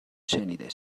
شنیده